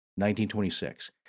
1926